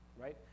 right